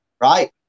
right